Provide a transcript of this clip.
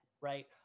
right